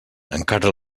encara